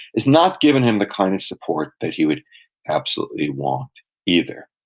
has not given him the kind of support that he would absolutely want either